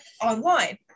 online